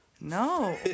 No